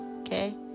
okay